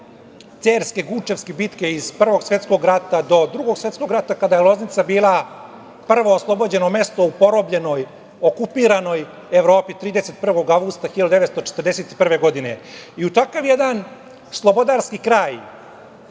Cerske, Gučevske bitke iz Prvog svetskog rata do Drugog svetskog rata kada je Loznica bila prvo oslobođeno mesto u porobljenoj, okupiranoj Evropi 31. avgusta 1941. godine. U takav jedan slobodarski kraj